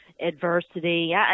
adversity